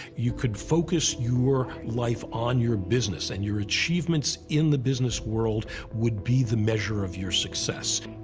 you could focus your life on your business, and your achievements in the business world would be the measure of your success.